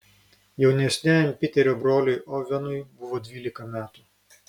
jaunesniajam piterio broliui ovenui buvo dvylika metų